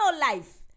life